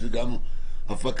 מעבר לנושא הערכי-מהותי,